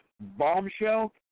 Bombshell